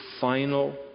final